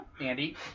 Andy